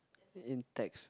in in text